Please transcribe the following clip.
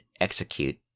execute